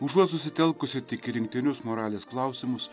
užuot susitelkusi tik į rinktinius moralės klausimus